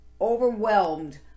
overwhelmed